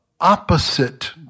opposite